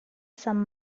some